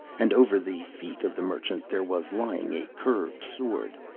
and over the feet of the merchant there was lying a curved sword,